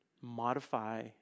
modify